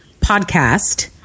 podcast